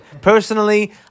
Personally